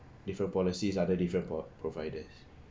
different policies under different pro~ providers